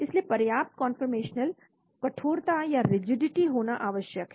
इसलिए पर्याप्त कंफर्मेशनल कठोरता या रिजिडिटई होना आवश्यक है